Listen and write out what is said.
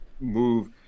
move